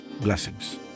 Blessings